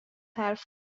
حرف